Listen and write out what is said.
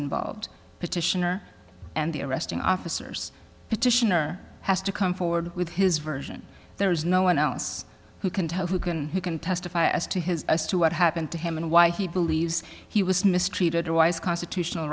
involved petitioner and the arresting officers petitioner has to come forward with his version there is no one else who can tell who can who can testify as to his as to what happened to him and why he believes he was mistreated or why his constitutional